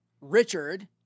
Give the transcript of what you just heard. Richard